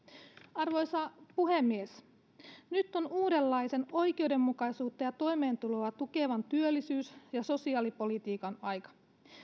arvoisa puhemies nyt on uudenlaisen oikeudenmukaisuutta ja toimeentuloa tukevan työllisyys ja sosiaalipolitiikan aika